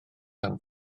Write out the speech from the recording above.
tan